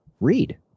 read